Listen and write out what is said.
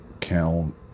count